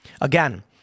Again